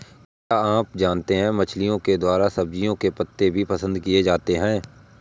क्या आप जानते है मछलिओं के द्वारा सब्जियों के पत्ते भी पसंद किए जाते है